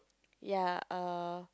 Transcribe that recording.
ya err